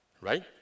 right